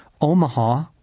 omaha